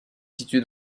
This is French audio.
situé